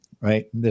right